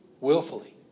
willfully